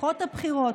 בהבטחות הבחירות,